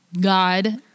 God